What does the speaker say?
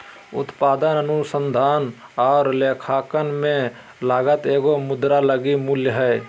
उत्पादन अनुसंधान और लेखांकन में लागत एगो मुद्रा लगी मूल्य हइ